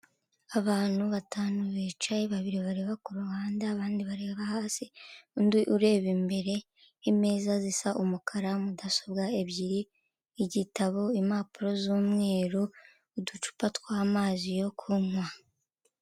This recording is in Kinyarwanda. Abantu batanu bicaye, babiri bareba ku ruhande, abandi bareba hasi, undi ureba imbere, imeza zisa umukara, mudasobwa ebyiri, igitabo, impapuro z'umweru, uducupa tw'amazi yo kunywa.